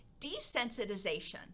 desensitization